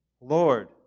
Lord